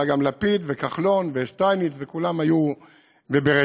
היה גם לפיד וכחלון ושטייניץ וכולם היו ברצף,